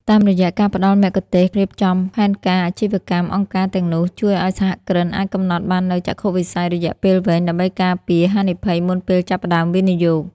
តាមរយៈការផ្ដល់មគ្គុទ្ទេសក៍រៀបចំផែនការអាជីវកម្ម អង្គការទាំងនោះជួយឱ្យសហគ្រិនអាចកំណត់បាននូវចក្ខុវិស័យរយៈពេលវែង ដើម្បីការពារហានិភ័យមុនពេលចាប់ផ្ដើមវិនិយោគ។